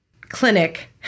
clinic